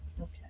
Okay